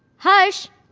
harsh!